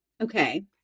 Okay